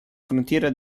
frontiera